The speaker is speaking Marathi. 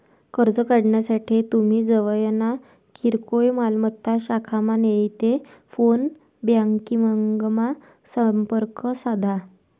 कर्ज काढानासाठे तुमी जवयना किरकोय मालमत्ता शाखामा नैते फोन ब्यांकिंगमा संपर्क साधा